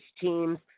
teams